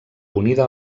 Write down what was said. unida